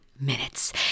minutes